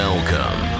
Welcome